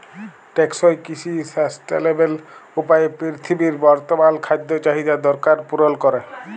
টেকসই কিসি সাসট্যালেবেল উপায়ে পিরথিবীর বর্তমাল খাদ্য চাহিদার দরকার পুরল ক্যরে